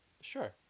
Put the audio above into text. Sure